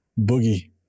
Boogie